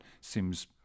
seems